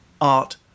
Art